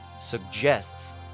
suggests